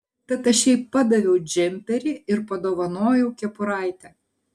tad aš jai pardaviau džemperį ir padovanojau kepuraitę